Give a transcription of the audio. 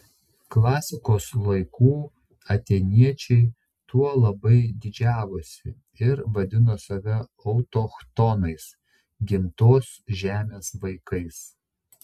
klasikos laikų atėniečiai tuo labai didžiavosi ir vadino save autochtonais gimtos žemės vaikais